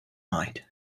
night